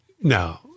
No